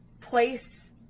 place